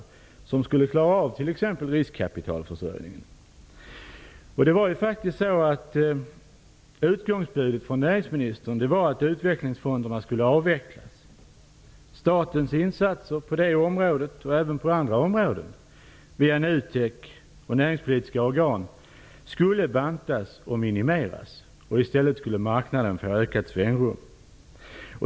Dessa skulle klara av t.ex. riskkapitalförsörjningen. Utgångsbudet från näringsministern var att utvecklingsfonderna skulle avvecklas. Statens insatser på det området och även på andra områden via NUTEK och näringspolitiska organ skulle bantas och minimeras. I stället skulle marknaden få ökat svängrum.